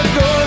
go